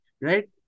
right